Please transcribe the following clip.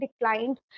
declined